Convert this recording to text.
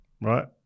right